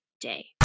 day